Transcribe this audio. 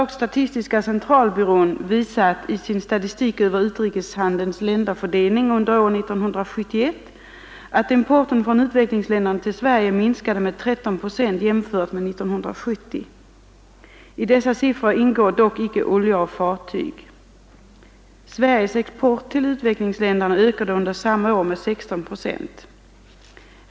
Statistiska centralbyrån visar dock i sin statistik över utrikeshandelns länderfördelning under år 1971 att importen från utvecklingsländerna till Sverige minskade med 13 procent jämfört med 1970. I dessa siffror ingår dock inte oljor och fartyg. Sveriges export till utvecklingsländerna ökade under samma år med 16 procent.